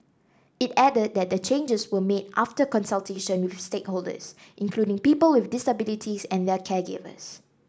it added that changes were made after consultation with stakeholders including people with disabilities and their caregivers